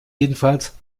jedenfalls